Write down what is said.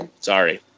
Sorry